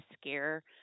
scare